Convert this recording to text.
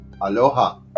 Aloha